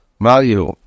Value